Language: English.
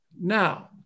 Now